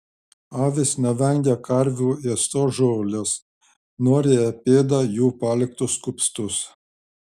avys nevengia karvių ėstos žolės noriai apėda jų paliktus kupstus